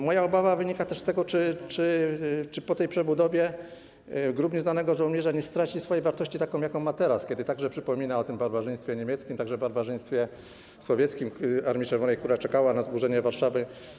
Moja obawa wynika też z tego, czy po tej przebudowie Grób Nieznanego Żołnierza nie straci swojej wartości, jaką ma teraz, kiedy przypomina o barbarzyństwie niemieckim, barbarzyństwie sowieckim, Armii Czerwonej, która czekała na zburzenie Warszawy.